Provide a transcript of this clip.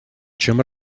чем